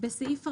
בסעיף 50,